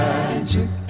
Magic